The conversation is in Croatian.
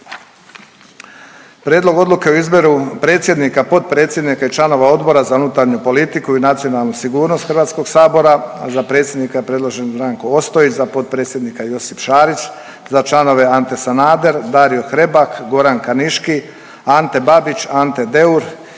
Prijedlog odluke o izboru predsjednika, potpredsjednika i članova Odbora za unutarnju politiku i nacionalnu sigurnost HS-a, za predsjednika predložen je Ranko Ostojić, za potpredsjednika Josip Šarić, za članove Ante Sanader, Dario Hrebak, Goran Kaniški, Ante Babić, Ante Deur Ivica Kukavica,